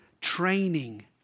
training